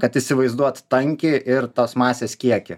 kad įsivaizduot tankį ir tos masės kiekį